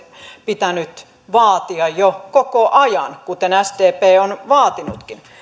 pitänyt vaatia jo koko ajan kuten sdp on vaatinutkin